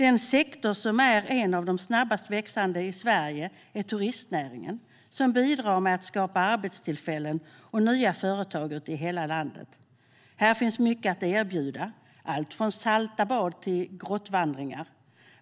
En av de snabbast växande sektorerna i Sverige är turistnäringen, som bidrar till att skapa arbetstillfällen och nya företag ute i hela landet. Här finns mycket att erbjuda, allt från salta bad till grottvandringar.